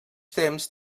temps